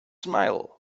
smile